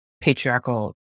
patriarchal